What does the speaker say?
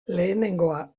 lehenengoa